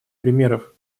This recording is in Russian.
примеров